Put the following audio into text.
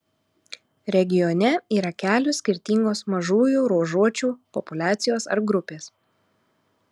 regione yra kelios skirtingos mažųjų ruožuočių populiacijos ar grupės